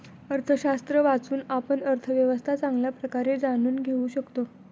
अर्थशास्त्र वाचून, आपण अर्थव्यवस्था चांगल्या प्रकारे जाणून घेऊ शकता